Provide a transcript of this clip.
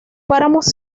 páramos